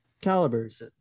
calibers